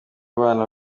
abana